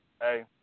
Hey